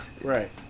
right